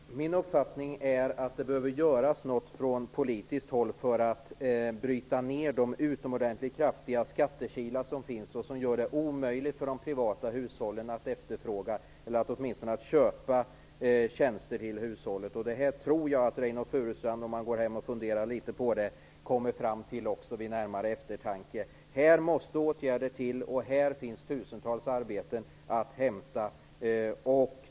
Herr talman! Min uppfattning är att något behöver göras från politiskt håll för att bryta ned de utomordentligt kraftiga skattekilar som finns. Dessa gör det omöjligt för de privata hushållen att efterfråga och köpa tjänster till hushållet. Det tror jag att Reynoldh Furustrand också kommer fram till vid närmare eftertanke, om han går hem och funderar litet på det. Här måste åtgärder till, och här finns tusentals arbeten att hämta.